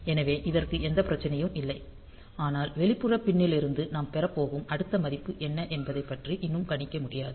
எனவே இதற்கு எந்தப் பிரச்சினையும் இல்லை ஆனால் வெளிப்புற பின் னிலிருந்து நாம் பெறப் போகும் அடுத்த மதிப்பு என்ன என்பதைப் பற்றி இன்னும் கணிக்க முடியாது